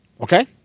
Okay